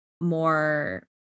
more